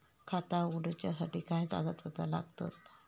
खाता उगडूच्यासाठी काय कागदपत्रा लागतत?